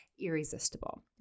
irresistible